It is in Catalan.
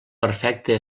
perfecte